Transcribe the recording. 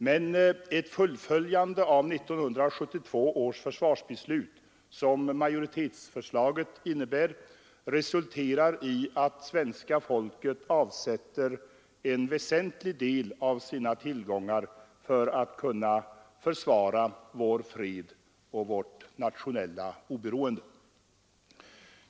Men ett fullföljande av 1972 års försvarsbeslut, som majoritetsförslaget innebär, resulterar i att svenska folket avsätter en väsentlig del av sina tillgångar för att kunna försvara vår fred och vårt nationella oberoende.